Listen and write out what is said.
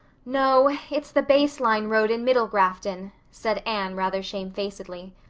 no, it's the base line road in middle grafton, said anne, rather shamefacedly.